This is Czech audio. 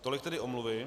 Tolik tedy omluvy.